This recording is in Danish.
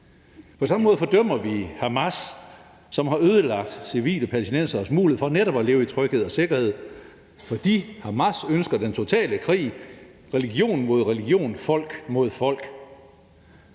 På samme måde fordømmer vi Hamas, som har ødelagt civile palæstinenseres mulighed for netop at leve i tryghed og sikkerhed, fordi Hamas ønsker den totale krig – religion mod religion, folk mod folk.